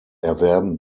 erwerben